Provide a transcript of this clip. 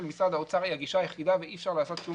משרד האוצר היא הגישה היחידה ואי אפשר לעשות שום